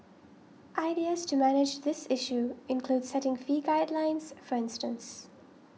ideas to manage this issue include setting fee guidelines for instance